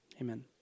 amen